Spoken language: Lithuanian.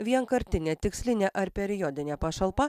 vienkartinė tikslinė ar periodinė pašalpa